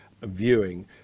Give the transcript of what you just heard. viewing